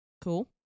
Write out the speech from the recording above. Cool